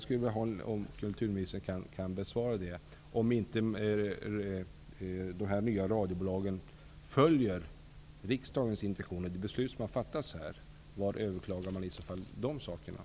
Kan kulturministern svara på var man överklagar om inte dessa nya radiobolag följer riksdagens intentioner och de beslut som riksdagen fattat?